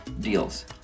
deals